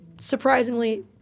surprisingly